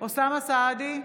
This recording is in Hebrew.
אוסאמה סעדי,